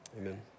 amen